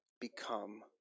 become